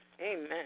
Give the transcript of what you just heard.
Amen